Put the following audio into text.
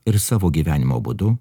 ir savo gyvenimo būdu